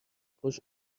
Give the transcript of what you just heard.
پشت